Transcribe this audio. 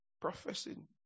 professing